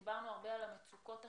דיברנו הרבה על המצוקות החברתיות,